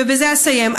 ובזה אסיים,